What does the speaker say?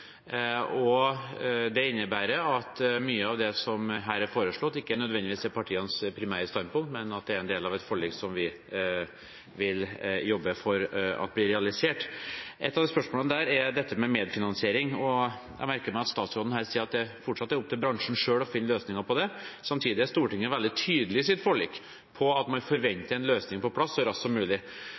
om. Det innebærer at mye av det som her er foreslått, ikke nødvendigvis er partienes primære standpunkt, men at det er en del av et forlik som vi vil jobbe for at blir realisert. Et av spørsmålene der er dette med medfinansiering, og jeg merker meg at statsråden her sier at det fortsatt er opp til bransjen selv å finne løsninger på det. Samtidig er Stortinget i sitt forlik veldig tydelig på at man forventer en løsning på plass så raskt som mulig.